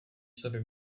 sobě